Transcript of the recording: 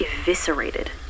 eviscerated